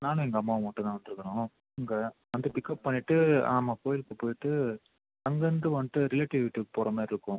நானும் எங்கள் அம்மாவும் மட்டும் தான் வந்துருக்குறோம் இங்கே வந்து பிக்கப் பண்ணிவிட்டு ஆமாம் கோவிலுக்கு போய்விட்டு அங்கேருந்து வந்துட்டு ரிலேட்டிவ் வீட்டுக்கு போகறமாரி இருக்கும்